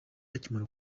bakimara